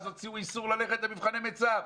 אז הוציאו איסור ללכת למבחני מיצ"ב ולא הלכו.